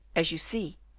as you see.